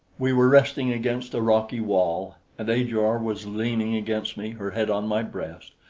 we were resting against a rocky wall, and ajor was leaning against me, her head on my breast.